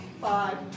five